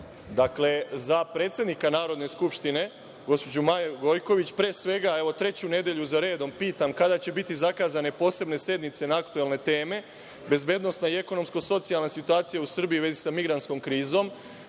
vas. Dakle, za predsednika Narodne skupštine, gospođu Maju Gojković, pre svega, treću nedelju za redom, pitam, kada će biti zakazane posebne sednice na aktuelne teme, bezbednosno i ekonomsko socijalna situacija u Srbiji u vezi sa migrantskom krizom.